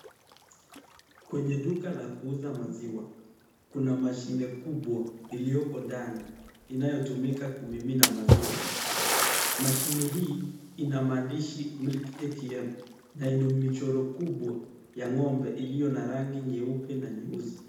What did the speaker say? Kwenye duka la kuuza maziwa kuna mashine kubwa ilioko ndani inayotumika kumimina maziwa. Mashine hii ina maandishi milk atm na ina michoro kubwa ya ng'ombe iliona rangi nyeupe na nyeusi.